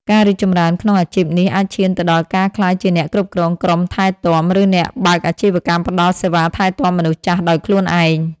ការរីកចម្រើនក្នុងអាជីពនេះអាចឈានទៅដល់ការក្លាយជាអ្នកគ្រប់គ្រងក្រុមថែទាំ ឬអ្នកបើកអាជីវកម្មផ្តល់សេវាថែទាំមនុស្សចាស់ដោយខ្លួនឯង។